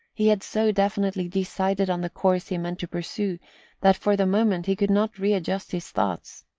he had so definitely decided on the course he meant to pursue that for the moment he could not readjust his thoughts.